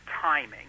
timing